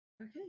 okay